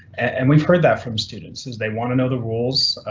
and we've heard that from students is they wanna know the rules.